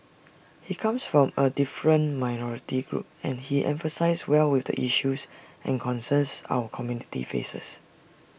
he comes from A different minority group and he empathises well with the issues and concerns our community faces